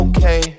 Okay